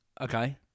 Okay